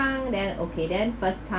bang then okay then first time